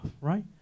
right